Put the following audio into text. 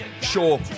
Sure